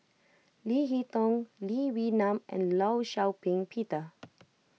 Leo Hee Tong Lee Wee Nam and Law Shau Ping Peter